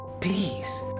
please